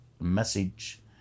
message